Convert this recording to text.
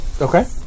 Okay